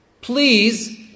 please